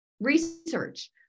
research